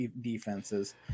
defenses